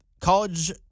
college